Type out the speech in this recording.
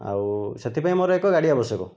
ଆଉ ସେ'ଥିପାଇଁ ମୋ'ର ଏକ ଗାଡ଼ି ଆବଶ୍ୟକ